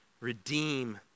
Redeem